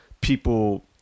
people